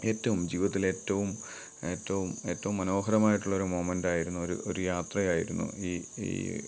ഏറ്റവും ജീവിതത്തിൽ ഏറ്റവും ഏറ്റവും ഏറ്റവും മനോഹരമായിട്ടുള്ള ഒരു മൊമെൻ്റായിരുന്നു ഒരു ഒരു യാത്രയായിരുന്നു ഈ ഈ